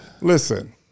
listen